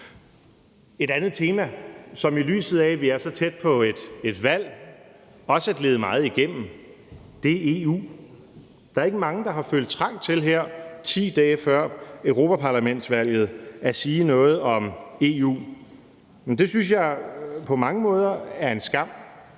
Et andet tema, som i lyset af at vi er så tæt på et valg, også er gledet meget igennem, er EU. Der er ikke mange, der har følt trang til her 10 dage før europaparlamentsvalget at sige noget om EU. Det synes jeg på mange måder er en skam,